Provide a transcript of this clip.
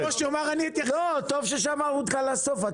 טוב ששמרנו אותך לסוף,